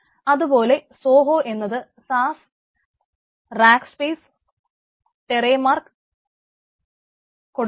അതുപോലെ സോഹോ എന്നത് SaaS Rackspace trademark കൊടുക്കുന്നുണ്ട്